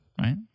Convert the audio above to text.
right